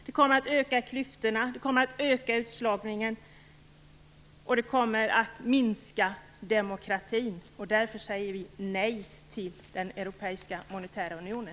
Det kommer att öka klyftorna och utslagningen, och det kommer att minska demokratin. Därför säger vi nej till den europeiska monetära unionen.